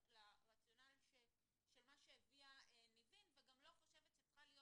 - לרציונל של מה שהביאה ניבין וגם לא חושבת שצריכה להיות